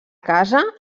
casa